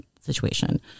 situation